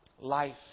life